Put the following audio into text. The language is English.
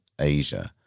Asia